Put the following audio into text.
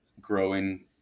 growing